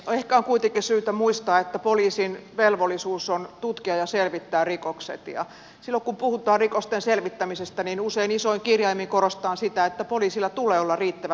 ehkä on kuitenkin syytä muistaa että poliisin velvollisuus on tutkia ja selvittää rikokset ja silloin kun puhutaan rikosten selvittämisestä usein isoin kirjaimin korostetaan sitä että poliisilla tulee olla riittävät toimivaltuudet